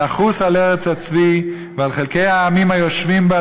לחוס על ארץ הצבי ועל חלקי העמים היושבים בה,